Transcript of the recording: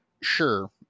sure